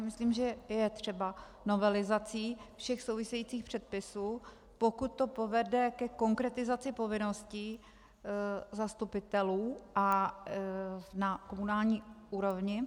Myslím si, že je třeba novelizací všech souvisejících předpisů, pokud to povede ke konkretizaci povinností zastupitelů na komunální úrovni.